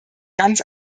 ganz